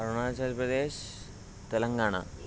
Arunachal Pradesh Telangana